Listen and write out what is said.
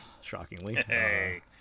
shockingly